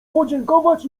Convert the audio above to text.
podziękować